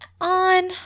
on